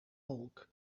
bulk